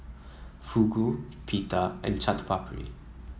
Fugu Pita and Chaat Papri